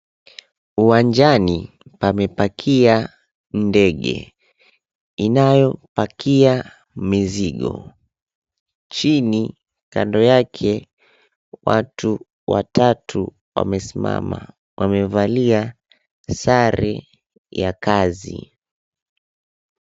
Uwanjani pamepakia ndege inayopakia mizigo. Chini kando yake watu watatu wamesimama wamevalia sare ya kazi.